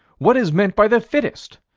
what is meant by the fittest?